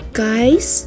guys